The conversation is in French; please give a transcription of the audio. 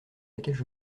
laquelle